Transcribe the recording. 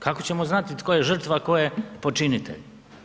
Kako ćemo znati tko je žrtva, a tko je počinitelj?